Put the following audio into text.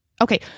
Okay